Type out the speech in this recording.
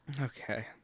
Okay